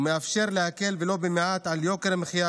ומאפשר להקל ולו במעט את יוקר המחיה